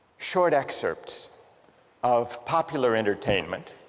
short excerpts of popular entertainment